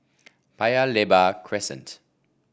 Paya Lebar Crescent